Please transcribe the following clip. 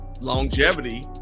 longevity